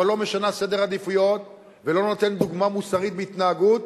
אבל לא משנה סדרי עדיפויות ולא נותנת דוגמה מוסרית בהתנהגות,